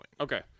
Okay